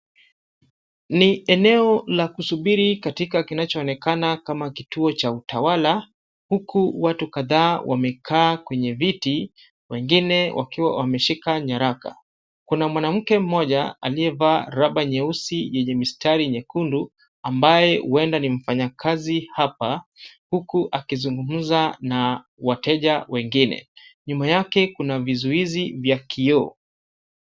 Ni eneo la kusubiri katika kinachoonekana kama kituo cha utawala huku watu kadhaa wamekaa kwenye viti wengine wakiwa wameshika nyaraka. Kuna mwanamke mmoja aliyevaa raba nyeusi yenye mistari nyekundu ambaye huenda ni mfanyakazi hapa huku akizungumza na wateja wengine. Nyuma yake kuna vizuizi vya kioo.